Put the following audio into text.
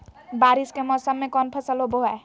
बारिस के मौसम में कौन फसल होबो हाय?